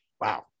Wow